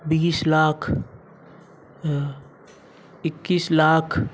बीस लाख इक्कीस लाख